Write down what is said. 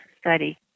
study